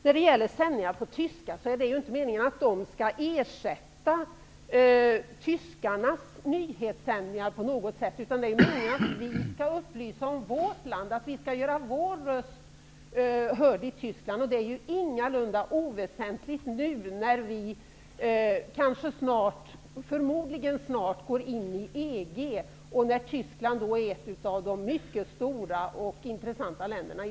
När det gäller sändningar på tyska vill jag säga att det inte på något sätt är meningen att de skall ersätta tyskarnas nyhetssändningar. Tanken är att vi skall upplysa om vårt land och göra vår röst hörd i Tyskland. Det är ingalunda oväsentligt nu när vi förmodligen snart går in i EG, där Tyskland är ett av de mycket stora och intressanta länderna.